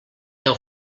deu